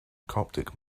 coptic